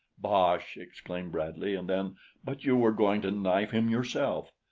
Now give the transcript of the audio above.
bosh! exclaimed bradley, and then but you were going to knife him yourself.